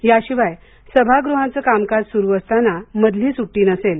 याशिवाय सभागृहांचं कामकाज सुरू असताना मधली सुट्टी नसेल